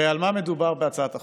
הרי על מה מדובר בהצעת החוק?